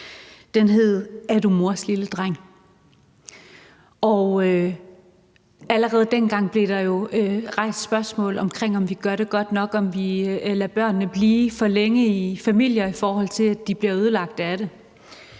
Den hed »Er du mors lille dreng?«, og allerede dengang blev der jo rejst spørgsmål om, om vi gjorde det godt nok, om vi lod børnene blive for længe i familien, så de blev ødelagt af det.